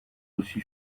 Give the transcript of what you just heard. aussi